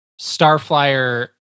Starflyer